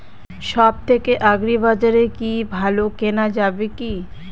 সব থেকে আগ্রিবাজারে কি ভালো কেনা যাবে কি?